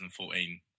2014